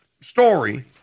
story